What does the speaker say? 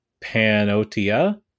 Panotia